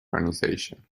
organization